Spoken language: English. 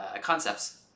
concepts